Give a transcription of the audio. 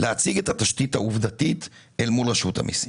להציג את התשתית העובדתית אל מול רשות המיסים.